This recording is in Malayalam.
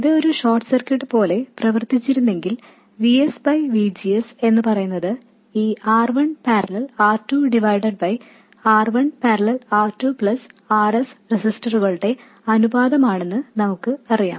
ഇത് ഒരു ഷോർട്ട് സർക്യൂട്ട് പോലെ പ്രവർത്തിച്ചിരുന്നെങ്കിൽ V s VGS എന്നുപറയുന്നത് ഈ R 1 parallel R 2 divided by R 1 parallel R 2 plus R s റെസിസ്റ്ററുകളുടെ അനുപാതമാണെന്ന് നമുക്ക് അറിയാം